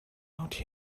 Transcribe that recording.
out